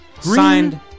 Signed